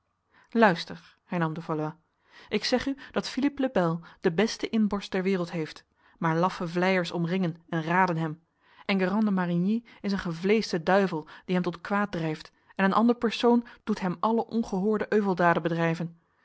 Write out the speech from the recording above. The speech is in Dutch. de valois ik zeg u dat philippe le bel de beste inborst der wereld heeft maar laffe vleiers omringen en raden hem enguerrand de marigny is een gevleesde duivel die hem tot kwaad drijft en een ander persoon doet hem alle ongehoorde euveldaden bedrijven